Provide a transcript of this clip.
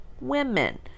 women